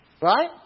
Right